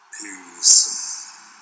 peace